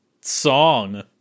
song